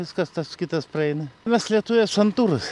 viskas tas kitas praeina mes lietuviai santūrūs